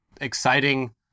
exciting